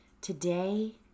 Today